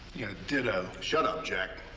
yeah. ditto. shut up, jack.